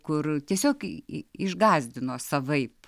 kur tiesiog išgąsdino savaip